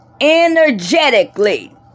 energetically